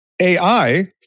AI